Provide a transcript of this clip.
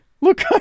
Look